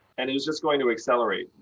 and it's just going to accelerate.